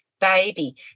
Baby